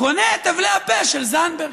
קונה את הבלי הפה של זנדברג,